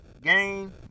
game